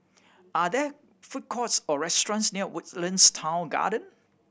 are there food courts or restaurants near Woodlands Town Garden